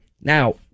now